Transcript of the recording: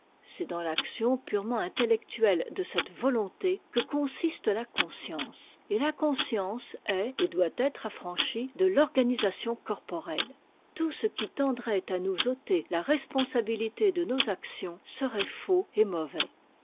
c'est dans l'action purement intellectuelle de cette volonté que consiste la conscience et la conscience est et doit être affranchie de l'organisation corporelle tout ce qui tendrait à nous ôter la responsabilité de nos actions serait faux et mauvais